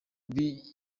b’i